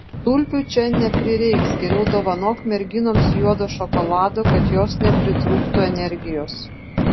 tulpių čia neprireiks geriau dovanok merginoms juodo šokolado kad jos nepritrūktų energijos